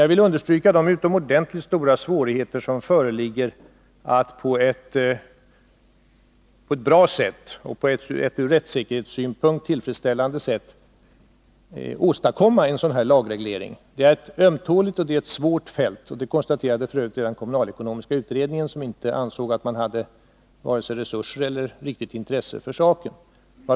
Jag vill understryka de utomordentligt stora svårigheter som föreligger att på ett bra och ur rättssäkerhetssynpunkt tillfredsställande sätt åstadkomma en sådan lagreglering. Vi rör oss här på ett ömtåligt och svårt fält. Detta konstaterade redan kommunalekonomiska utredningen, som inte ansåg sig ha vare sig resurser eller riktigt intresse för saken.